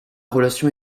relation